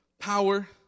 power